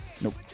Nope